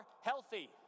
healthy